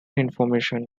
information